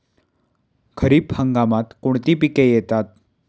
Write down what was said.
खरीप हंगामात कोणती पिके येतात?